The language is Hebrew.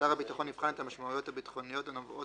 שר הביטחון יבחן את המשמעויות הביטחוניות הנובעות